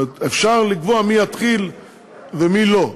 אפשר לקבוע מי יתחיל ומי לא,